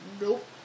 Nope